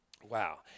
wow